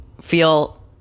feel